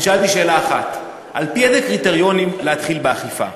נשאלתי שאלה אחת: על-פי איזה קריטריונים להתחיל באכיפה,